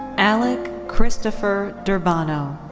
alec christopher d'urbano.